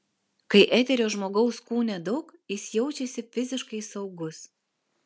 kai eterio žmogaus kūne daug jis jaučiasi fiziškai saugus